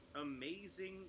amazing